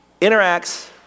interacts